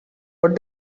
what